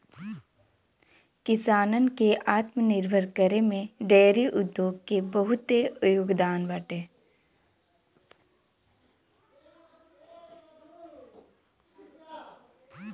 किसानन के आत्मनिर्भर करे में डेयरी उद्योग के बहुते योगदान बाटे